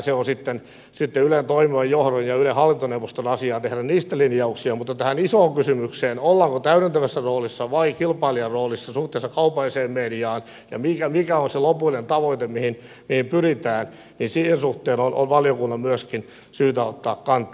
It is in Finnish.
se on sitten ylen toimivan johdon ja ylen hallintoneuvoston asia tehdä niistä linjauksia mutta tähän isoon kysymykseen ollaanko täydentävässä roolissa vai kilpailijan roolissa suhteessa kaupalliseen mediaan ja mikä on se lopullinen tavoite mihin pyritään on valiokunnan myöskin syytä ottaa kantaa